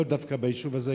לא דווקא ביישוב הזה,